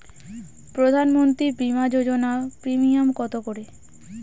প্রধানমন্ত্রী বিমা যোজনা প্রিমিয়াম কত করে?